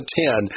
ten